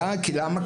כי למה?